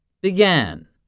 began